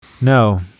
No